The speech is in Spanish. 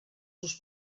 sus